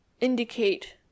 indicate